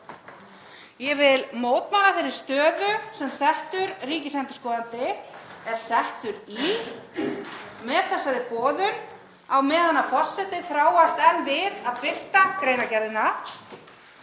Ég vil mótmæla þeirri stöðu sem settur ríkisendurskoðandi er settur í með þessari boðun á meðan forseti þráast enn við að birta greinargerðina.